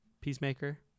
Peacemaker